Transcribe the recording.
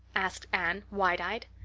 asked anne wide-eyed.